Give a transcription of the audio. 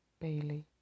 Bailey